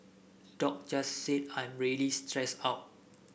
Doc just said I'm really stressed out